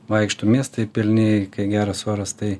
vaikšto miestai pilni kai geras oras tai